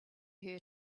her